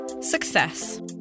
Success